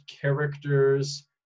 characters